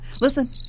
Listen